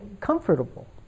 comfortable